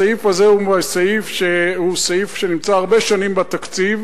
הסעיף הזה הוא סעיף שנמצא הרבה שנים בתקציב,